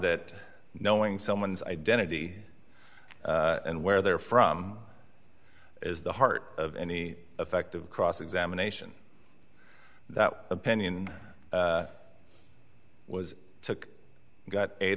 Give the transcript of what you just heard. that knowing someone's identity and where they are from is the heart of any effective cross examination that opinion was to got eight